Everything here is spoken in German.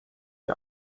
die